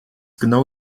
genau